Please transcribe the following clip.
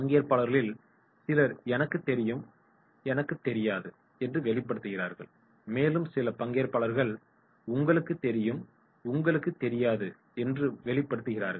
பங்கேற்பாளர்களில் சிலர் எனக்குத் தெரியும் எனக்குத் தெரியாது என்று வெளிப்படுத்துகிறார்கள் மேலும் சில பங்கேற்பாளர்கள் உங்களுக்குத் தெரியும் உங்களுக்குத் தெரியாது என்று வெளிப்படுத்துகிறார்கள்